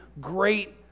great